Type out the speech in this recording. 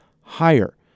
higher